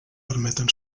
permeten